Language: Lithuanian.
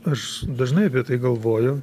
aš dažnai apie tai galvoju